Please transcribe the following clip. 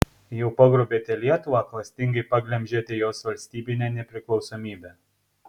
jau pagrobėte lietuvą klastingai paglemžėte jos valstybinę nepriklausomybę